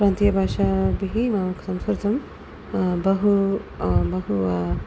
प्रान्तीयभाषाभिः माम् ख् संस्कृतं बहु बहु व